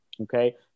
okay